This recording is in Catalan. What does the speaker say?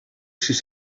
sis